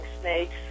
snakes